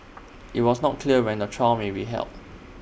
IT was not clear when A trial may be held